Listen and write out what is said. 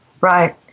right